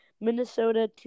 Minnesota